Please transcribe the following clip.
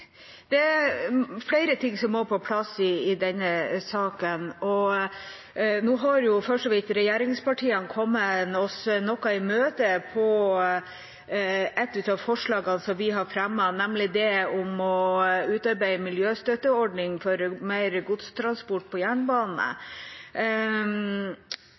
Det er flere ting som må på plass i denne saken. Nå har for så vidt regjeringspartiene kommet oss noe i møte på et av forslagene som vi har fremmet, nemlig det om å utarbeide en miljøstøtteordning for mer godstransport på jernbane.